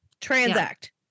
Transact